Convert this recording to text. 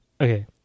okay